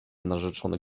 narzeczony